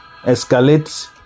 escalates